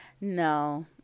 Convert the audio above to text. no